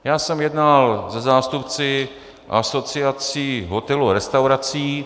Já jsem jednal se zástupci Asociace hotelů a restaurací...